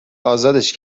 ازادش